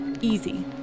easy